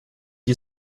you